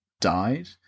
died